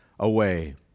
Away